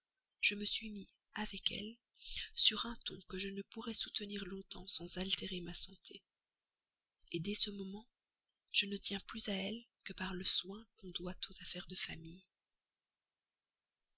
je me suis mis avec elle sur un ton que je ne pourrais soutenir longtemps sans altérer ma santé dès ce moment je ne tiens plus à elle que par le soin qu'on doit aux affaires de famille